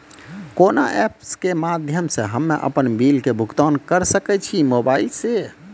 कोना ऐप्स के माध्यम से हम्मे अपन बिल के भुगतान करऽ सके छी मोबाइल से?